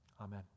Amen